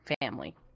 family